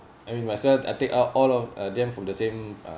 I mean myself I take out all of them from the same uh